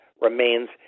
remains